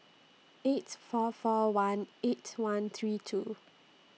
eight four four one eight one three two